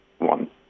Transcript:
one